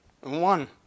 One